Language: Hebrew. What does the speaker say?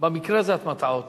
במקרה הזה את מטעה אותו.